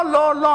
לא, לא, לא.